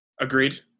Agreed